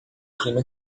clima